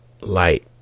light